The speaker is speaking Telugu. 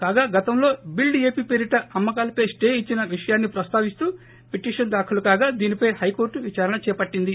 కాగా గతంలో బిల్డ్ ఏపీ పేరిట అమ్మకాలపై స్టే ఇచ్చిన విషయాన్ని ప్రస్తావిస్తూ పిటిషన్ దాఖలు కాగా దీనిపై హైకోర్టు విదారణ చేపట్టింది